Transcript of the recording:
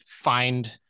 find